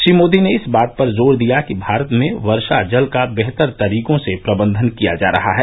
श्री मोदी ने इस बात पर जोर दिया कि भारत में वर्षा जल का बेहतर तरीकों से प्रबंधन किया जा रहा है